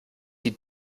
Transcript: die